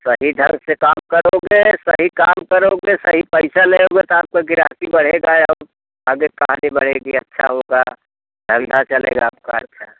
सही ढंग से काम करोगे सही काम करोगे सही पैसा लोगे तो आपका गिराकी बढ़ेगा और आगे कहानी बढ़ेगी अच्छा होगा धंधा चलेगा आपका अच्छा